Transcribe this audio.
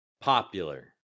Popular